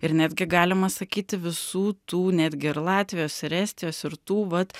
ir netgi galima sakyti visų tų netgi ir latvijos ir estijos ir tų vat